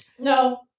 No